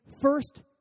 first